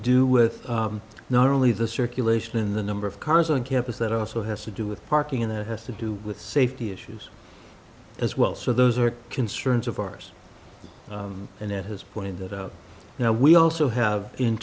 do with not only the circulation in the number of cars on campus that also has to do with parking and that has to do with safety issues as well so those are concerns of ours and it has pointed out now we also have in